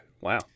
wow